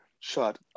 shut